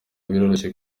biroroshye